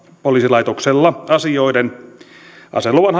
poliisilaitoksella asioiden aseluvan